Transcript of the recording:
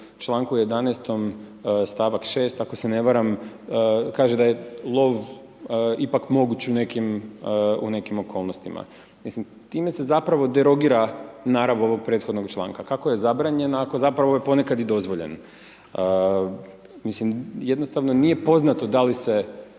članku 11. stavak 6. ako se ne varam, kaže da je lov ipak moguć u nekim okolnostima. Mislim, time se zapravo derogira narav ovog prethodnog članka, kako je zabranjen ako zapravo je ponekad i dozvoljen. Mislim, jednostavno nije poznato da li se